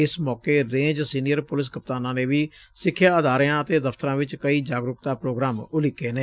ਇਸ ਮੌਖੇ ਰੇਜ ਸੀਨੀਅਰ ਪੁਲਿਸ ਕਪਤਾਨਾਂ ਨੇ ਵੀ ਸਿਖਿਆ ਅਦਾਰਿਆਂ ਅਤੇ ਦਫਤਰਾਂ ਵਿਚ ਕਈ ਜਾਗਰੁਕਤਾ ਪੋਗਰਾਮ ਉਲੀਕੇ ਨੇ